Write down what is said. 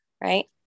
right